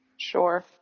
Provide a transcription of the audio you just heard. Sure